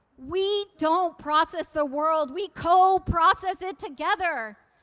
we don't process the world. we co-process it together.